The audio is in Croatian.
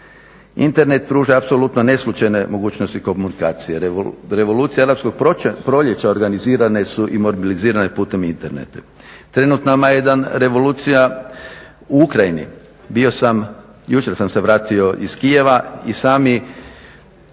Internet pruža apsolutno neslučajne mogućnosti komunikacije. Revolucija … proljeća organizirane su i modernizirane putem interneta. Trenutno ima jedna revolucija u Ukrajini. Bio sam, jučer sam se vratio iz Kijeva i sami